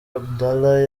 abdallah